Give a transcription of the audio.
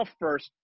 first